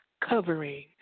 covering